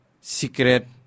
secret